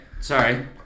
Sorry